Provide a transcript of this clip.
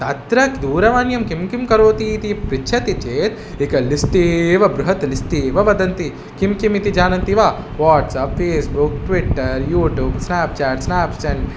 तत्र दूरवाण्यां किं किं करोति इति पृच्छति चेत् एकं लिस्ट् एव बृहत् लिस्ट् एव वदन्ति किं किम् इति जानन्ति वा WhatsApp Facebook Twitter YouTube Snapchat snap चन्